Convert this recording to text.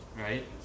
right